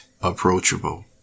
approachable